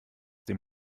dem